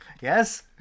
yes